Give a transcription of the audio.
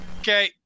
Okay